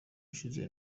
ushize